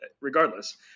Regardless